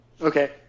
Okay